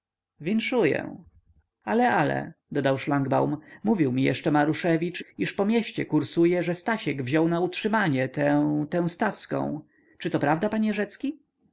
rzecki winszuję ale ale dodał szlangbaum mówił mi jeszcze maruszewicz iż po mieście kursuje że stasiek wziął na utrzymanie tę tę stawską czy to prawda panie rzecki